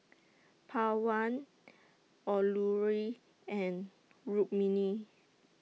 Pawan Alluri and Rukmini